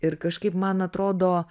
ir kažkaip man atrodo